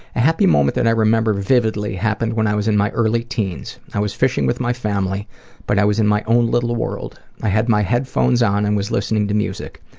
a happy moment that i remember vividly happened when i was in my early teens. i was fishing with my family but i was in my own little world. i had my headphones on and was listening to music.